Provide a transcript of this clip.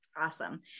awesome